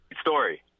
story